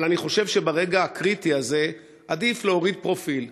אבל אני חושב שברגע הקריטי הזה עדיף להוריד פרופיל.